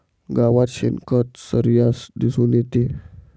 गावात शेणखत सर्रास दिसून येते